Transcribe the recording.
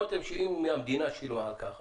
אם המדינה שילמה על כך,